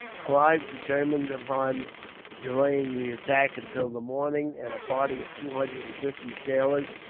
clive determined upon delaying the attack until the morning and a party of two hundred and fifty sailors,